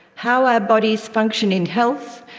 how our bodies function in health,